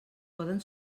poden